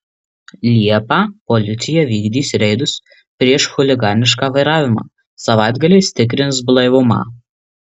liepą policija vykdys reidus prieš chuliganišką vairavimą savaitgaliais tikrins blaivumą